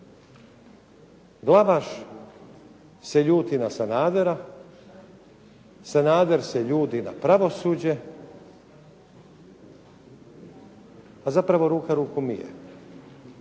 Glavaš se ljuti na Sanadera, Sanader se ljuti na pravosuđe, a zapravo ruka ruku mije.